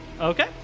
Okay